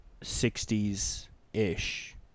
60s-ish